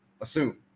assume